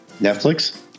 Netflix